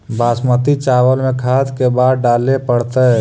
बासमती चावल में खाद के बार डाले पड़तै?